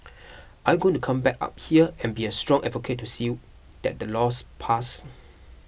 are you going to come back up here and be a strong advocate to see that the law's passed